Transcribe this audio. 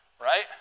right